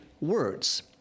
words